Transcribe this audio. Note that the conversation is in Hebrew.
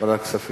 ועדת כספים.